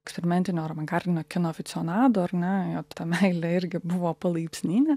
eksperimentinio ar avangardinio kino oficionadu ar ne jo ta meilė irgi buvo palaipsninė